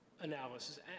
analysis